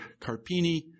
Carpini